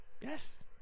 Yes